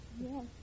Yes